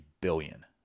billion